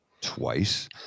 twice